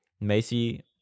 Macy